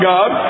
God